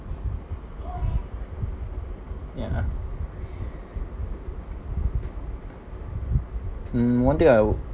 yeah mm one thing I would